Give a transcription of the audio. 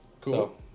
Cool